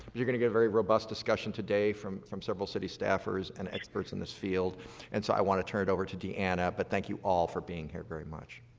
you're going to get a very robust discussion today from from several city staffers and experts in this field and so i want to turn it over to deanna, but thank you all for being here very much.